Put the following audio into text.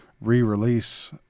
re-release